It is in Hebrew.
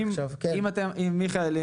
מיכאל,